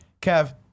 kev